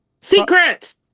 secrets